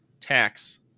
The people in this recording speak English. tax